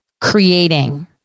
creating